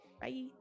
Bye